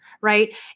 right